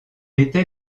était